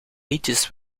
liedjes